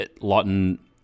Lawton